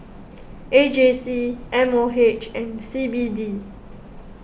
A J C M O H and C B D